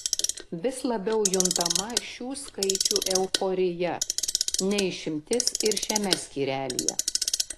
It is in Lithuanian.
vis labiau juntama šių skaičių euforija ne išimtis ir šiame skyrelyje